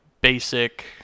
basic